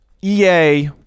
EA